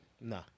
Nah